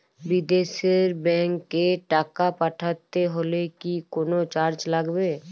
বিদেশের ব্যাংক এ টাকা পাঠাতে হলে কি কোনো চার্জ লাগবে?